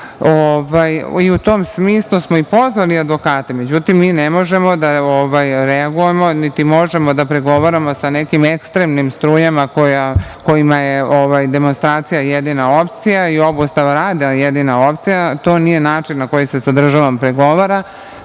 U tom smislu smo i pozvali advokate, međutim, mi ne možemo da reagujemo niti možemo da pregovaramo sa nekim ekstremnim strujama kojima je demonstracija jedina opcija i obustava rada jedina opcija. To nije način na koji se sa državom pregovara,